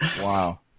Wow